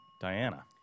Diana